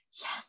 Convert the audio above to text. yes